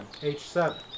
H7